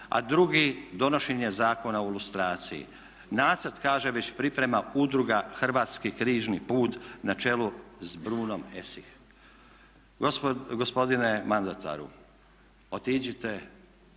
a drugi donošenje Zakona o lustraciji. Nacrt kaže već priprema Udruga Hrvatski križni put na čelu s Brunom Esih. Gospodine mandataru, otiđite